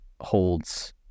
holds